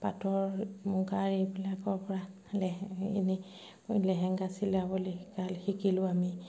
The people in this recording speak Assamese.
পাটৰ মুগাৰ এইবিলাকৰ পৰা লেহে এনেই লেহেংগা চিলাবলৈ শিকাল শিকিলোঁ আমি